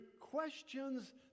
questions